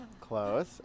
Close